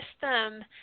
system